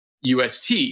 UST